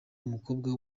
umukobwa